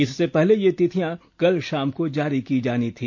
इससे पहले ये तिथियां कल शाम को जारी की जानी थी